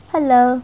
Hello